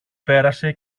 πέρασε